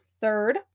Third